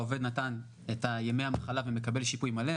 העובד נתן את ימי המחלה והוא מקבל שיפוי מלא,